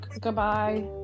goodbye